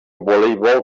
voleibol